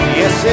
yes